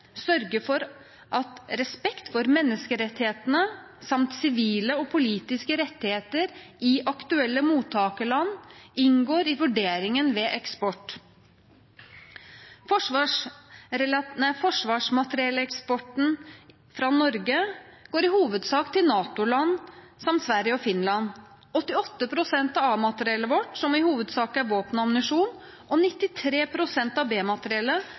sørger for at respekt for menneskerettighetene samt for sivile og politiske rettigheter i aktuelle mottakerland inngår i vurderingen ved eksport. Forsvarsmaterielleksporten fra Norge går i hovedsak til NATO-landene, Sverige og Finland – 88 pst. av A-materiellet vårt, som i hovedsak er våpenammunisjon, og 93 pst. av